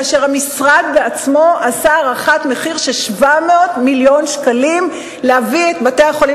כאשר המשרד עצמו עשה הערכת מחיר של 700 מיליון שקלים להביא את בתי-החולים